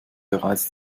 bereits